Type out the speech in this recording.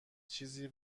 چیزی